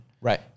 Right